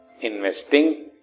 investing